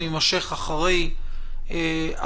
הדיון יימשך אחרי המליאה,